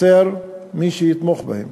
חסר מי שיתמוך בהם.